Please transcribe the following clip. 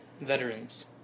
veterans